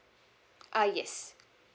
uh yes